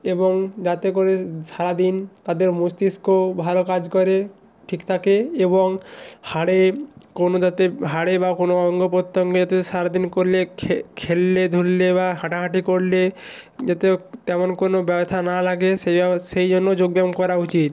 এবং যাতে করে সারাদিন তাদের মস্তিষ্কও ভালো কাজ করে ঠিক থাকে এবং হাড়ে কোনো যাতে হাড়ে বা কোনো অঙ্গপ্রত্যঙ্গতে সারাদিন করলে খেললে ধুললে বা হাঁটাহাঁটি করলে এতেও তেমন কোনো ব্যথা না লাগে সেই সেই জন্য যোগ ব্যায়াম করা উচিত